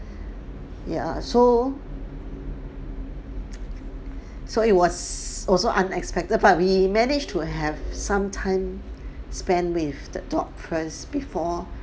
ya so so it was also unexpected but we manage to have some time to spend with the dog first before